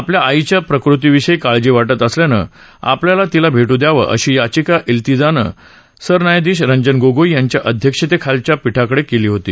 आपल्या आईच्या प्रकृती विषयी काळजी वाटत असल्यानं आपल्याला तिला भेटू द्यावं अशी याचिका शिल्तजा यांनी सर न्यायाधीश रंजन गोगोई यांच्या अध्यक्षतेखालच्या खंडपीठाकडे केली होती